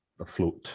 afloat